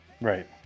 right